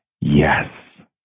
Yes